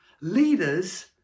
leaders